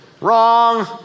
Wrong